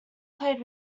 played